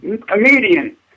comedian